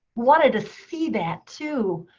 wanted to see that, too.